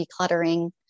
decluttering